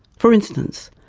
for instance,